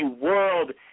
World